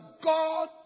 God